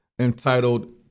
entitled